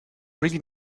really